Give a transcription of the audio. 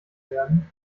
werden